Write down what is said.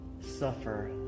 suffer